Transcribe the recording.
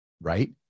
right